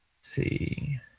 see